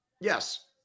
Yes